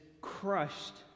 crushed